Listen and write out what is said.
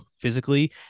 physically